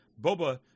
Boba